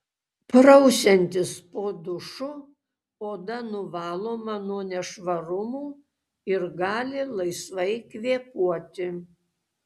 prausiantis po dušu oda nuvaloma nuo nešvarumų ir gali laisvai kvėpuoti